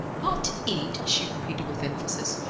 not eat! she repeated with emphasis.